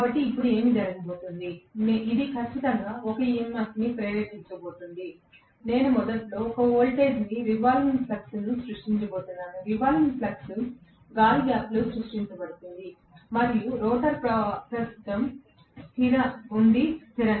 కాబట్టి ఇప్పుడు ఏమి జరగబోతోంది ఇది ఖచ్చితంగా ఒక EMF ని ప్రేరేపించబోతోంది నేను మొదట్లో ఒక వోల్టేజ్ను రివాల్వింగ్ ఫ్లక్స్ సృష్టించబోతున్నాను రివాల్వింగ్ ఫ్లక్స్ గాలి గ్యాప్లో సృష్టించబడుతుంది మరియు రోటర్ ప్రస్తుతం ఉంది స్థిర